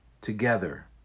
together